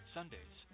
Sundays